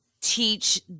teach